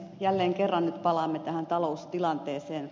jälleen kerran nyt palaamme tähän taloustilanteeseen